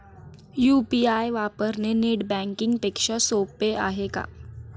UPI वापरणे net banking पेक्षा सोपे आहे का?